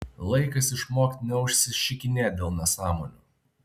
laikas išmokt neužsišikinėt dėl nesąmonių